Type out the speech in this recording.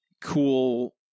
cool